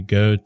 go